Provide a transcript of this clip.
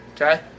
Okay